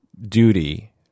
duty